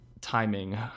timing